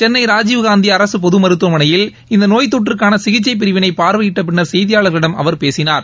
சென்னை ராஜீவ்காந்தி அரசு பொது மருத்துவமளையில் இந்த நோய் தொற்றுக்கான சிகிச்சைப் பிரிவிளை பார்வையிட்ட பின்னர் செய்தியாளர்களிடம் அவர் பேசினார்